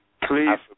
Please